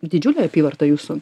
didžiulė apyvarta jūsų